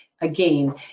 again